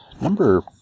number